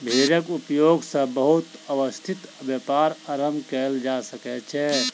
भेड़क उपयोग सॅ बहुत व्यवस्थित व्यापार आरम्भ कयल जा सकै छै